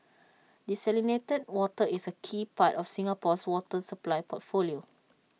desalinated water is A key part of Singapore's water supply portfolio